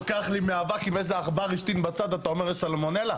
לוקח לי מאבק אם איזה עכבר השתין בצד אתה אומר יש סלמונלה?